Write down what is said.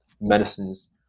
medicines